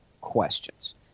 questions